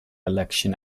election